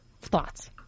thoughts